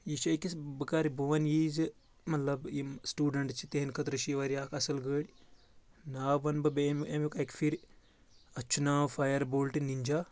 یہِ چھِ أکِس بہٕ کَرٕ بہٕ وَن یی زِ مطلب یِم سٹوٗڈنٛٹ چھِ تِہنٛدِ خٲطرٕ چھِ یہِ واریاہ اکھ اصٕل گٔر ناو وَنہٕ بہٕ بیٚیہِ اَمیُک اکہِ پھِرِ اَتھ چھُ ناو فایَر بولٹہٕ نِنجا